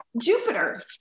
Jupiter